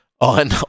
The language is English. on